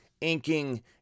inking